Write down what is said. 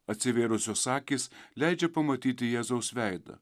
atsivėrusios akys leidžia pamatyti jėzaus veidą